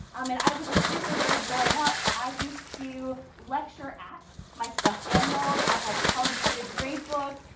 um and i was a super nerd growing up. i used to lecture at my stuffed animals. i had color-coded grade books.